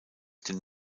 den